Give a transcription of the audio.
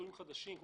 מסלולים חדשים,